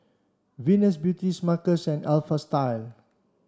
Venus Beauty Smuckers and Alpha Style